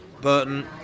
Burton